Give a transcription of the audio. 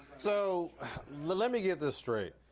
so let me get this straight.